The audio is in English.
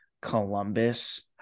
columbus